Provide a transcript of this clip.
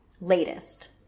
latest